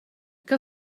que